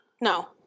no